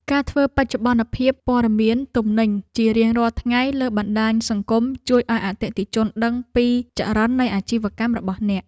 ការធ្វើបច្ចុប្បន្នភាពព័ត៌មានទំនិញជារៀងរាល់ថ្ងៃលើបណ្តាញសង្គមជួយឱ្យអតិថិជនដឹងពីចរន្តនៃអាជីវកម្មរបស់អ្នក។